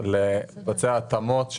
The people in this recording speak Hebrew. על מעונות,